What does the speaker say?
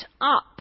up